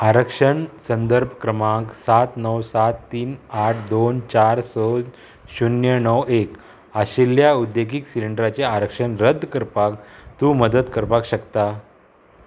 आरक्षण संदर्भ क्रमांक सात णव सात तीन आठ दोन चार स शुन्य णव एक आशिल्ल्या उद्देगीक सिलिंडराचें आरक्षण रद्द करपाक तूं मदत करपाक शकता